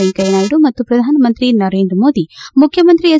ವೆಂಕಯ್ಜನಾಯ್ದು ಮತ್ತು ಪ್ರಧಾನ ಮಂತ್ರಿ ನರೇಂದ್ರ ಮೋದಿ ಮುಖ್ಯಮಂತ್ರಿ ಎಚ್